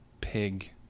pig